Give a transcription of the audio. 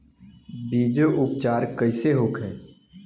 बीजो उपचार कईसे होखे?